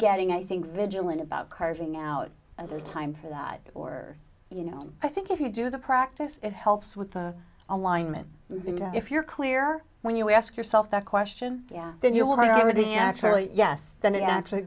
getting i think vigilant about carving out and the time for that or you know i think if you do the practice it helps with the alignment if you're clear when you ask yourself that question then you will never be actually yes then it actually